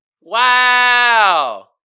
wow